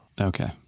Okay